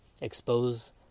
expose